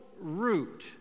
root